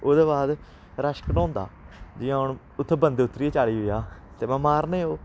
ओह्दे बाद रश कटोंदा जि'यां हून उत्थै बंदे उतरी गे चाली पंजाह् ते में मारने ओह्